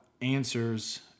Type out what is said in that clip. answers